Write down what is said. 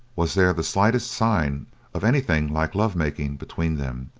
was there the slightest sign of anything like lovemaking between them.